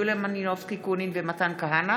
יוליה מלינובסקי קונין ומתן כהנא